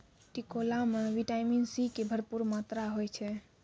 टिकोला मॅ vitamin C के भरपूर मात्रा होय छै